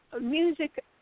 music